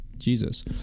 Jesus